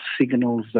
signals